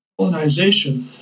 colonization